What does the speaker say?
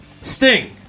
sting